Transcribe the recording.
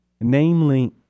namely